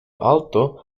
alto